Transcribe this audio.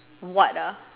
what ah